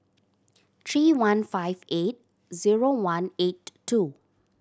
three one five eight zero one eight two